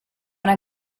una